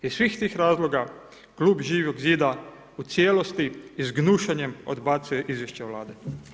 Iz svih tih razloga klub Živog zida u cijelosti i s gnušanjem odbacuje izvješće Vlade.